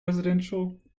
residential